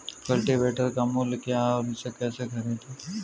Cultivator का मूल्य क्या है और इसे कैसे खरीदें?